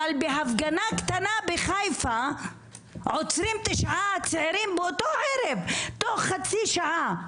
אבל בהפגנה קטנה בחיפה עוצרים תשעה צעירים באותו ערב תוך חצי שעה,